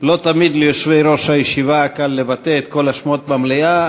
לא תמיד ליושבי-ראש הישיבה קל לבטא את כל השמות במליאה,